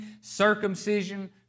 circumcision